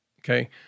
Okay